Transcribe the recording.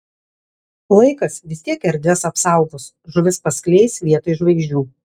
laikas vis tiek erdves apsaugos žuvis paskleis vietoj žvaigždžių